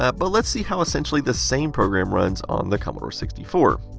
ah but let's see how essentially the same program runs on the commodore sixty four.